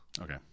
Okay